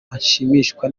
ashimishwa